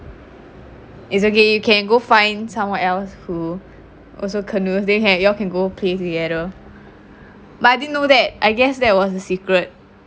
it's okay you can go find someone else who also canoes then had you all can go play together but I didn't know that I guess that was a secret